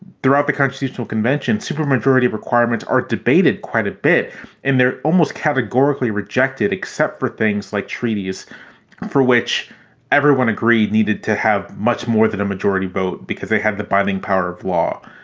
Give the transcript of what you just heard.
throughout the constitutional convention, supermajority requirements are debated quite a bit and they're almost categorically rejected, except for things like treaties for which everyone agreed needed to have much more than a majority vote because they had the binding power of law.